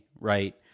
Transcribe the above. right